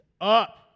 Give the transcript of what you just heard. up